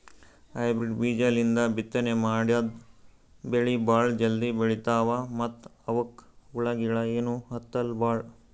hybrid ಬೀಜಾಲಿಂದ ಬಿತ್ತನೆ ಮಾಡದ್ರ್ ಬೆಳಿ ಭಾಳ್ ಜಲ್ದಿ ಬೆಳೀತಾವ ಮತ್ತ್ ಅವಕ್ಕ್ ಹುಳಗಿಳ ಏನೂ ಹತ್ತಲ್ ಭಾಳ್